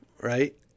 right